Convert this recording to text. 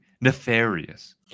nefarious